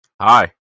hi